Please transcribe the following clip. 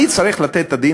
אני אצטרך לתת את הדין,